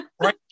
right